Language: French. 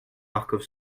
marcof